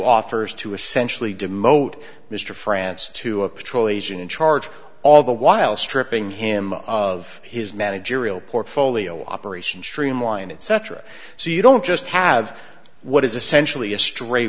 offers to essentially demote mr francis to a patrol agent in charge all the while stripping him of his managerial portfolio operation streamline it cetera so you don't just have what is